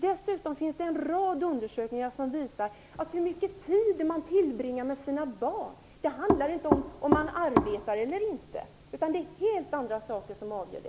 Dessutom finns det en rad undersökningar som visar att det avgörande är hur mycket tid man tillbringar med sina barn, inte om man arbetar eller inte, utan det är helt andra saker som är avgörande.